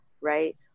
right